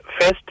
First